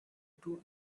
two